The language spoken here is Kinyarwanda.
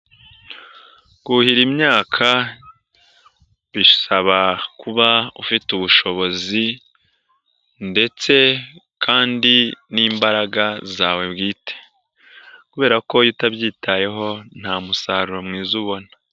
Kuhira imyaka bisaba kuba ufite ubushobozi ndetse kandi n'imbaraga zawe bwite kubera ko iyo utabyitayeho nta musaruro mwiza ubona.